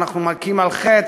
אנחנו מכים על חטא,